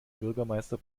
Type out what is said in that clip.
bürgermeister